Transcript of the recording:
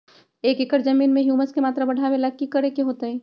एक एकड़ जमीन में ह्यूमस के मात्रा बढ़ावे ला की करे के होतई?